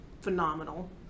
phenomenal